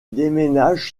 déménage